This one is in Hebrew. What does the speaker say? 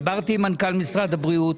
דיברתי עם מנכ"ל משרד הבריאות,